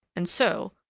and so,